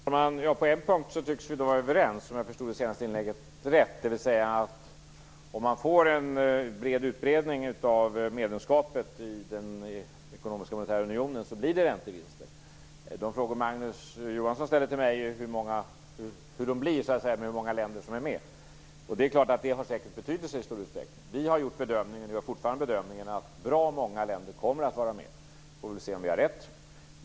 Fru talman! På en punkt tycks vi vara överens, om jag förstod det senaste inlägget rätt. Om många länder omfattas av medlemskap i den ekonomiska och monetära unionen blir det räntevinster. Magnus Johansson frågar mig om räntevinsternas storlek i förhållande till hur många länder som är med. Det har säkert stor betydelse. Vi har gjort och gör fortfarande bedömningen att bra många länder kommer att vara med. Man får se om vi har rätt.